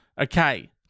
okay